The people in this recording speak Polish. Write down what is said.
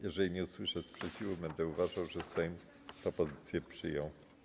Jeżeli nie usłyszę sprzeciwu, będę uważał, że Sejm propozycję przyjął.